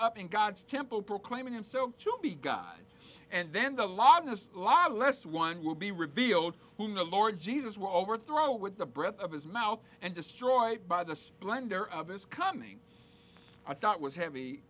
up in god's temple proclaiming him so chill be god and then the law has a lot less one will be revealed whom the lord jesus were overthrow with the breath of his mouth and destroyed by the splendor of his coming i thought was h